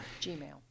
Gmail